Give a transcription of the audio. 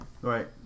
right